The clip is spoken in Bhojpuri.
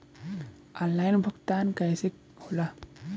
ऑनलाइन भुगतान कईसे होला?